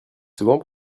souvent